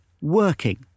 working